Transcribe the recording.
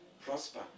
prosper